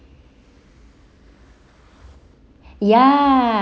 ya